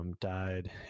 Died